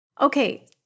Okay